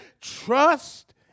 trust